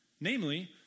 Namely